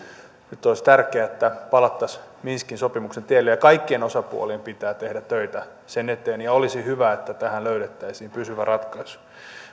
nyt olisi tärkeää että palattaisiin minskin sopimuksen tielle ja kaikkien osapuolien pitää tehdä töitä sen eteen ja olisi hyvä että tähän löydettäisiin pysyvä ratkaisu